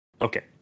Okay